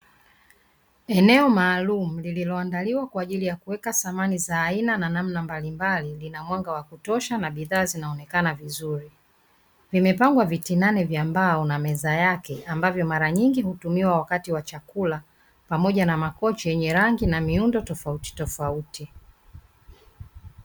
Eneo maalumu lililoandaliwa kwa ajili ya kuweka samani za aina na namna mbalimbali na mwanga wa kutosha na bidhaa zinaonekana vizuri, Vimepangwa viti nane vya mbao pamoja na meza yake ambavyo mara nyingi hutumiwa wakati wa chakula, pamoja na makochi yenye rangi na miundo tofautitofauti .